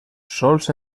sols